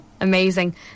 amazing